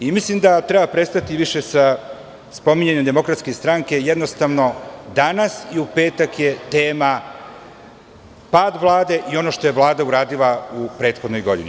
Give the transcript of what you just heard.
Mislim da treba prestati više sa spominjanjem DS, jer jednostavno, danas i u petak je tema pad Vlade i ono što je Vlada uradila u prethodnoj godini.